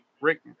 Rick